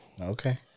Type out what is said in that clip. Okay